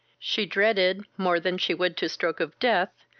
she dreaded, more than she would to stroke of death,